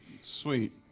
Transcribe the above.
Sweet